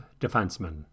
Defenseman